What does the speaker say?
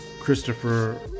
christopher